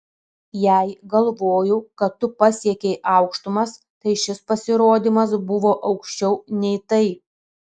jei galvojau kad tu pasiekei aukštumas tai šis pasirodymas buvo aukščiau nei tai